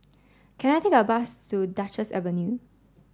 can I take a bus to Duchess Avenue